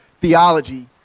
theology